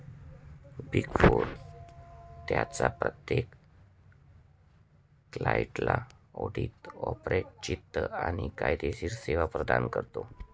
big four त्यांच्या प्रत्येक क्लायंटला ऑडिट, कॉर्पोरेट वित्त आणि कायदेशीर सेवा प्रदान करते